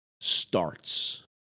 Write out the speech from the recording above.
starts